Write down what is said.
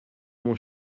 mon